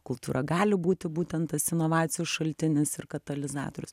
kultūra gali būti būtent tas inovacijų šaltinis ir katalizatorius